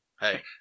Hey